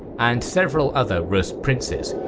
and several other rus' princes.